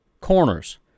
corners